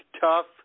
tough